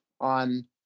on